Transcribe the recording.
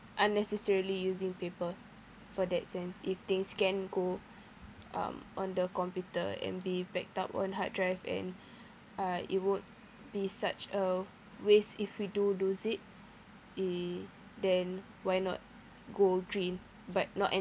unnecessarily using paper for that sense if things can go um on the computer and be backed up on hard drive and uh it would be such a waste if you do lose it we then why not go green but not